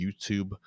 YouTube